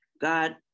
god